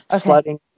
flooding